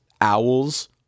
owls